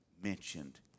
mentioned